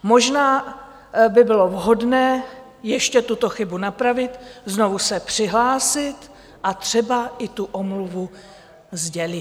Možná by bylo vhodné ještě tuto chybu napravit, znovu se přihlásit a třeba i tu omluvu sdělit.